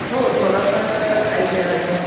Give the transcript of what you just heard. हो थोडंफार ऐकलेलं आहे